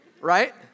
Right